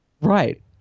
Right